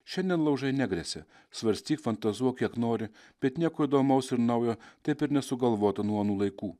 šiandien laužai negresia svarstyk fantazuok kiek nori bet nieko įdomaus ir naujo taip ir nesugalvota nuo anų laikų